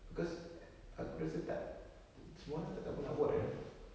because aku rasa tak semua orang tak tahu apa nak buat eh